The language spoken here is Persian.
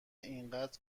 اینقد